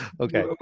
Okay